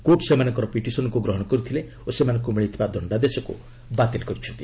court ସେମାନଙ୍କର ପିଟିସନ୍କୁ ଗ୍ରହଣ କରିଥିଲେ ଓ ସେମାନଙ୍କୁ ମିଳିଥିବା ଦଶ୍ଡାଦେଶକୁ ବାତିଲ୍ କରିଛନ୍ତି